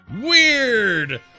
Weird